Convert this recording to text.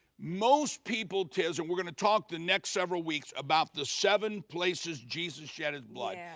most people, tiz, and we're gonna talk the next several weeks, about the seven places, jesus shed his blood. yeah